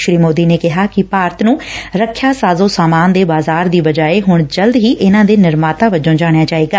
ਸ੍ਰੀ ਮੋਦੀ ਨੇ ਕਿਹਾ ਕਿ ਭਾਰਤ ਨੂੰ ਰਖਿਆ ਸਾਜੋ ਸਾਮਾਨ ਦੇ ਬਾਜ਼ਾਰ ਦੀ ਬਜਾਏ ਹੁਣ ਜਲਦ ਹੀ ਇੰਨਾਂ ਦੇ ਨਿਰਮਾਤਾ ਵਜੋਂ ਜਾਣਿਆ ਜਾਏਗਾ